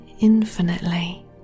infinitely